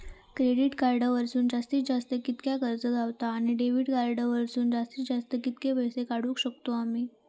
Credit card वरसून जास्तीत जास्त कितक्या कर्ज गावता, आणि डेबिट कार्ड वरसून जास्तीत जास्त कितके पैसे काढुक शकतू आम्ही?